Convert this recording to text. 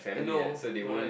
I know correct